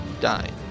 dying